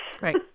Right